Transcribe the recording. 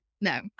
no